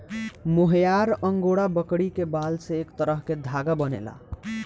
मोहयार angora बकरी के बाल से एक तरह के धागा बनेला